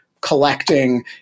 collecting